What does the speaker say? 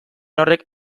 horrek